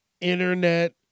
internet